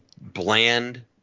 bland